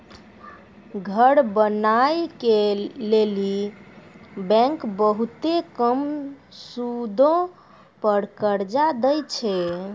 घर बनाय के लेली बैंकें बहुते कम सूदो पर कर्जा दै छै